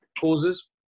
causes